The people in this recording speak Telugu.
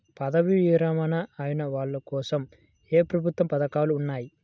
పదవీ విరమణ అయిన వాళ్లకోసం ఏ ప్రభుత్వ పథకాలు ఉన్నాయి?